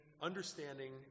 understanding